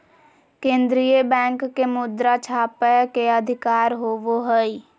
केन्द्रीय बैंक के मुद्रा छापय के अधिकार होवो हइ